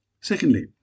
Secondly